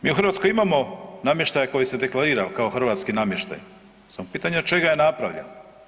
Mi u Hrvatskoj imamo namještaja koji se deklarira kao hrvatski namještaj, samo je pitanje od čega je napravljen.